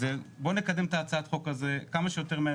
בואו נקדם את הצעת החוק הזו כמה שיותר מהר,